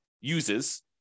uses